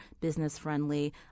business-friendly